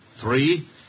Three